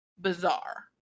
bizarre